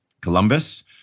Columbus